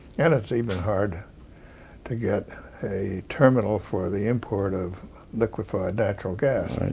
and it's even hard to get a terminal for the import of liquefied natural gas, i mean